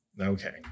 Okay